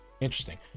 Interesting